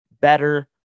better